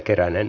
kiitos